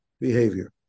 behavior